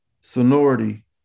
sonority